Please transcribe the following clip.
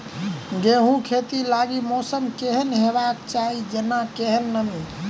गेंहूँ खेती लागि मौसम केहन हेबाक चाहि जेना केहन नमी?